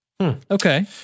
Okay